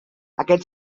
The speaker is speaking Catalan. aquest